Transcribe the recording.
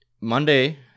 Monday